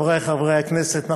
חברי חברי הכנסת,